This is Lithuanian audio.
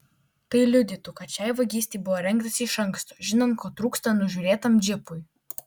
tai liudytų kad šiai vagystei buvo rengtasi iš anksto žinant ko trūksta nužiūrėtam džipui